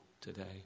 today